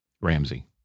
Ramsey